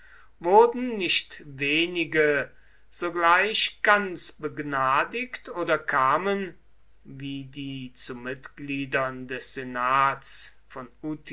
wurden nicht wenige sogleich ganz begnadigt oder kamen wie die zu mitgliedern des senats von